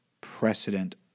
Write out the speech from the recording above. precedent